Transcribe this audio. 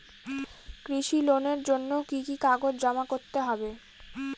কৃষি লোনের জন্য কি কি কাগজ জমা করতে হবে?